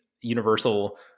universal